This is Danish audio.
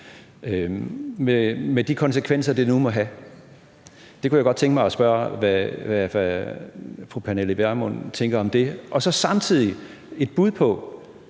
med de konsekvenser, det nu måtte have. Jeg kunne godt tænke mig at spørge, hvad fru Pernille Vermund tænker om det. Og så vil jeg samtidig